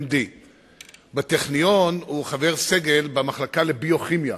MD. בטכניון הוא חבר סגל במחלקה לביוכימיה.